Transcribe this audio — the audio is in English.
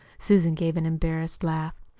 susan gave an embarrassed laugh.